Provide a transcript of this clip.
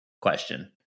question